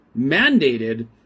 mandated